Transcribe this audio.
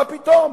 מה פתאום.